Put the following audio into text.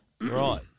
Right